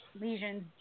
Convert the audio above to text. lesions